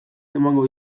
emango